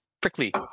Prickly